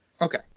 okay